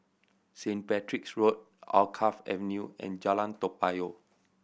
Saint Patrick's Road Alkaff Avenue and Jalan Toa Payoh